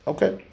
Okay